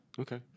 Okay